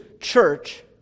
church